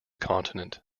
continent